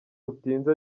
utinze